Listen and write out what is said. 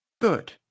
Good